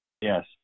Yes